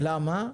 למה?